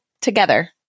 together